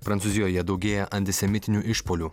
prancūzijoje daugėja antisemitinių išpuolių